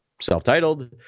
self-titled